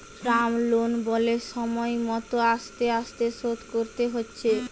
term loan বলে সময় মত আস্তে আস্তে শোধ করতে হচ্ছে